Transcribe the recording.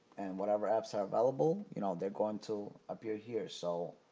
whatever apps are available, you know, they're going to appear here. so